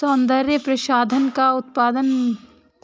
सौन्दर्य प्रसाधन का उत्पादन मैरीकल्चर द्वारा किया जाता है